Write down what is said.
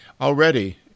already